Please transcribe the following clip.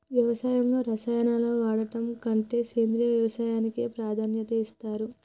వ్యవసాయంలో రసాయనాలను వాడడం కంటే సేంద్రియ వ్యవసాయానికే ప్రాధాన్యత ఇస్తరు